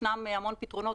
ישנם המון פתרונות.